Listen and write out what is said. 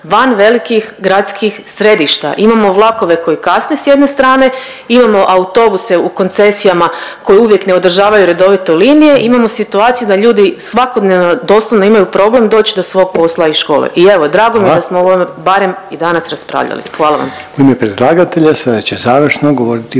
van velikih gradskih središta. Imamo vlakove koji kasne s jedne strane, imamo autobuse u koncesijama koji uvijek ne održavaju redovito linije i imamo situaciju da ljudi svakodnevno doslovno imaju problem doći do svog posla i škole. I evo, drago mi je da smo o ovome barem i danas raspravljali. Hvala vam.